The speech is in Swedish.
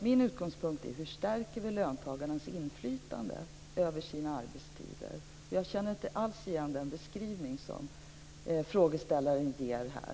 Min utgångspunkt är: Hur stärker vi löntagarnas inflytande över sina arbetstider? Jag känner inte alls igen den beskrivning som frågeställaren gör här.